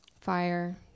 fire